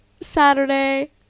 Saturday